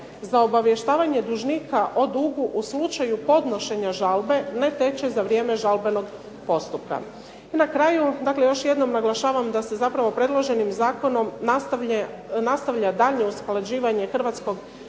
za obavještavanje dužnika o dugu u slučaju podnošenja žalbe ne teče za vrijeme žalbenog postupka. I na kraju, dakle još jednom naglašavam da se zapravo predloženim zakonom nastavlja daljnje usklađivanje hrvatskog